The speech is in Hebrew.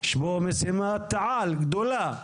יש פה משימה גדולה.